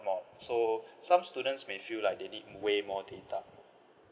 more so some students may feel like they need way more data